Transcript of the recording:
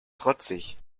trotzig